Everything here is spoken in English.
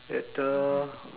at